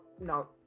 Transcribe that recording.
no